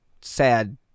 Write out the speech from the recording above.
sad